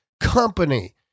company